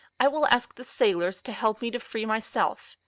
i will ask the sailors to help me to free myself?